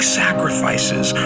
sacrifices